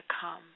come